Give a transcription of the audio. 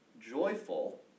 Joyful